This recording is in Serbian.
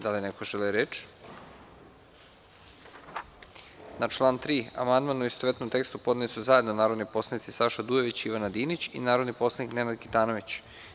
Da li neko želi reč? (Ne) Na član 3. amandman, u istovetnom tekstu, podneli su zajedno narodni poslanici Saša Dujović, Ivana Dinić i narodni poslanik Nenad Kitanović.